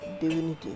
divinity